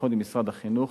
ובייחוד עם משרד החינוך,